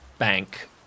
bank